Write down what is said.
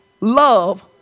love